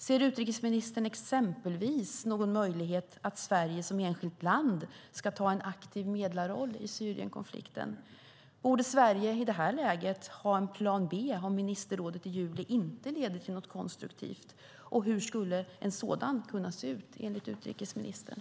Ser utrikesministern exempelvis någon möjlighet att Sverige som enskilt land ska ta en aktiv medlarroll i Syrienkonflikten? Borde Sverige i det här läget ha en plan B om ministerrådsmötet i juli inte leder till något konstruktivt? Och hur skulle en sådan kunna se ut, enligt utrikesministern?